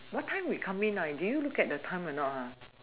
what time we come in ah did you look at the time or not